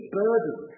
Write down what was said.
burden